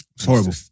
Horrible